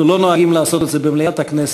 אנחנו לא נוהגים לעשות את זה במליאת הכנסת.